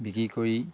বিক্ৰী কৰি